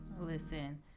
Listen